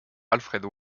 alfred